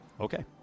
Okay